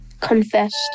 Confessed